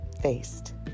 faced